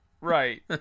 Right